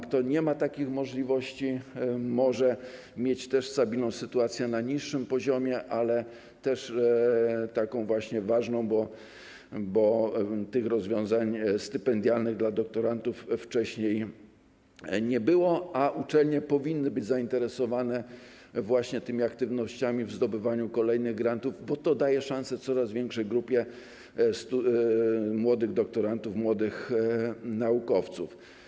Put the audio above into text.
Kto nie ma takich możliwości, może mieć też stabilną sytuację na niższym poziomie, co też jest ważne, bo tych rozwiązań stypendialnych dla doktorantów wcześniej nie było, a uczelnie powinny być zainteresowane właśnie aktywnościami w zdobywaniu kolejnych grantów, bo to daje szansę coraz większej grupie młodych doktorantów, młodych naukowców.